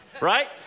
right